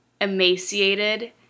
emaciated